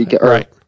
Right